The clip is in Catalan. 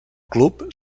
club